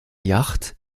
yacht